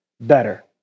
better